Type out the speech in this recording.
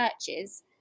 churches